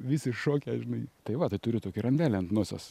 visi šoke žinai tai va tai turiu tokį randelį ant nosies